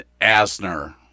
Asner